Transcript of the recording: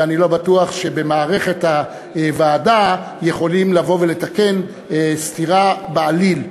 ואני לא בטוח שבמערכת הוועדה יכולים לתקן סתירה בעליל.